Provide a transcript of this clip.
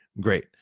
great